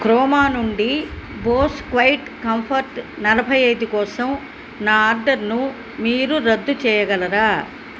Croma నుండి Bose quiet comfort నలభై ఐదు కోసం నా ఆర్డర్ను మీరు రద్దు చెయ్యగలరా